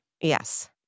Yes